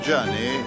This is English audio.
journey